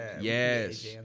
Yes